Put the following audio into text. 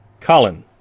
Colin